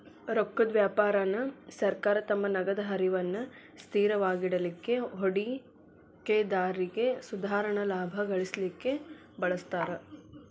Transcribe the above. ರೊಕ್ಕದ್ ವ್ಯಾಪಾರಾನ ಸರ್ಕಾರ ತಮ್ಮ ನಗದ ಹರಿವನ್ನ ಸ್ಥಿರವಾಗಿಡಲಿಕ್ಕೆ, ಹೂಡಿಕೆದಾರ್ರಿಗೆ ಸಾಧಾರಣ ಲಾಭಾ ಗಳಿಸಲಿಕ್ಕೆ ಬಳಸ್ತಾರ್